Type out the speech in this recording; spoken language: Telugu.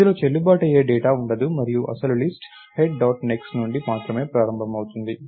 ఇందులో చెల్లుబాటు అయ్యే డేటా ఉండదు మరియు అసలు లిస్ట్ హెడ్ డాట్ నెక్స్ట్ నుండి మాత్రమే ప్రారంభమవుతుంది